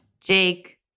Jake